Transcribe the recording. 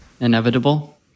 inevitable